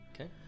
Okay